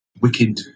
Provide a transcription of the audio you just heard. wicked